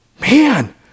Man